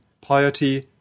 piety